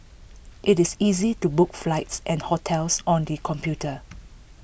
IT is easy to book flights and hotels on the computer